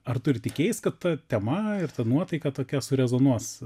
ar tu ir tikėjais kad ta tema ir ta nuotaika tokia surezonuos